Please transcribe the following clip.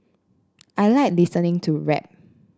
I like listening to rap